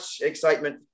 excitement